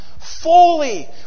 fully